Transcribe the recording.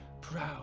proud